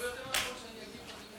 נכון שאני אגיב.